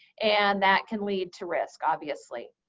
and that can lead to risk, obviously.